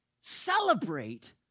celebrate